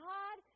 God